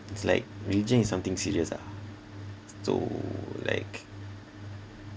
it's like religion is something serious ah so like